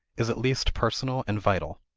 is at least personal and vital.